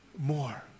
more